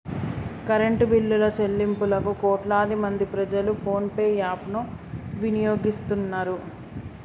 current బిల్లుల చెల్లింపులకు కోట్లాది మంది ప్రజలు ఫోన్ పే యాప్ ను వినియోగిస్తున్నరు